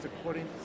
according